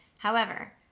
however,